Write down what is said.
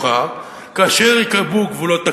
כאשר ייקבעו גבולות הקבע,